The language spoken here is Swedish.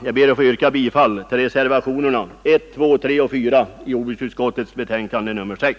Jag ber att få yrka bifall till reservationerna 1, 2, 3 och 4 i jordbruksutskottets betänkande nr 6.